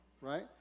right